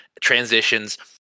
transitions